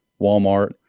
Walmart